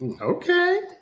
Okay